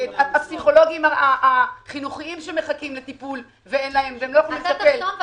הפסיכולוגים החינוכיים שמחכים לטיפול ואין להם והם לא יכולים לטפל.